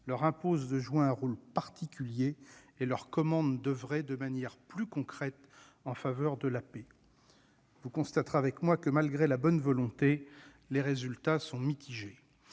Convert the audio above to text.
leur imposent de jouer un rôle particulier et leur commandent d'oeuvrer de manière plus concrète en faveur de la paix ». Vous constaterez avec moi que, malgré la bonne volonté, les résultats sont mitigés.